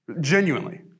Genuinely